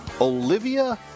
Olivia